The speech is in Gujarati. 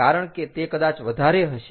કારણ કે તે કદાચ વધારે હશે